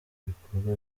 ibikorwa